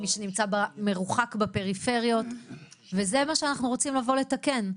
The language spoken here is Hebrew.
מי שנמצא מרוחק בפריפריות וזה מה שאנחנו רוצים לבוא לתקן.